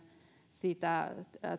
sitä